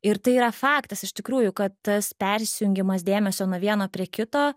ir tai yra faktas iš tikrųjų kad tas persijungimas dėmesio nuo vieno prie kito